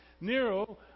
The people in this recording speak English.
Nero